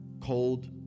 cold